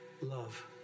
Love